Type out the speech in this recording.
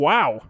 Wow